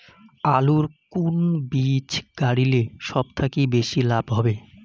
আলুর কুন বীজ গারিলে সব থাকি বেশি লাভ হবে?